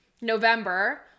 November